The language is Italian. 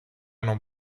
non